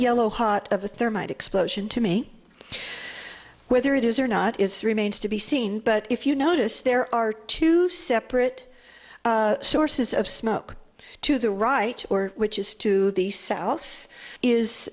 yellow hot of the thermite explosion to me whether it is or not is remains to be seen but if you notice there are two separate sources of smoke to the right or which is to the south is